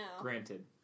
Granted